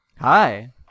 Hi